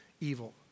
evil